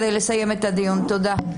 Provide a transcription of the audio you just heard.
תודה.